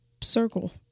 circle